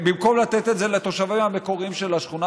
במקום לתת את זה לתושבים המקוריים של השכונה.